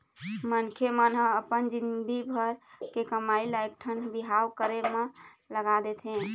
मनखे मन ह अपन जिनगी भर के कमई ल एकठन बिहाव करे म लगा देथे